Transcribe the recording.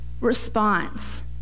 response